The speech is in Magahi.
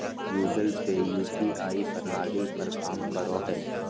गूगल पे यू.पी.आई प्रणाली पर काम करो हय